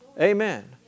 Amen